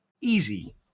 Easy